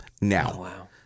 Now